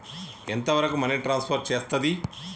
ఎంత వరకు money transfer చేయస్తది?